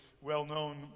well-known